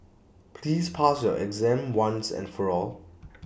please pass your exam once and for all